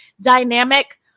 dynamic